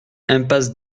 impasse